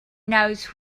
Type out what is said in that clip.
knows